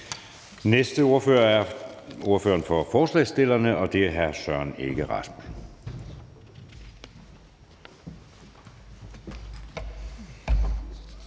Næste ordfører er ordføreren for forslagsstillerne, og det er hr. Søren Egge Rasmussen.